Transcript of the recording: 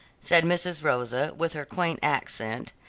said mrs. rosa, with her quaint accent,